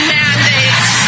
mandates